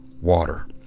water